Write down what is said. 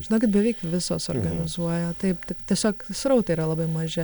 žinokit beveik visos organizuoja taip tik tiesiog srautai yra labai maži